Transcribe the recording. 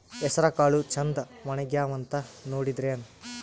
ಹೆಸರಕಾಳು ಛಂದ ಒಣಗ್ಯಾವಂತ ನೋಡಿದ್ರೆನ?